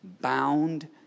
bound